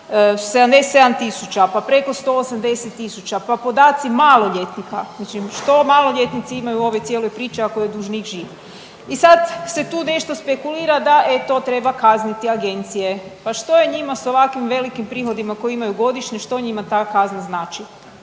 77000, pa preko 180000, pa podaci maloljetnika. Mislim što maloljetnici imaju u ovoj cijeloj priči ako je dužnik živ. I sad se tu nešto spekulira da e to treba kazniti agencije. Pa što je njima sa ovakvim velikim prihodima koje imaju godišnje što njima ta kazna znači.